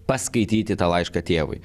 paskaityti tą laišką tėvui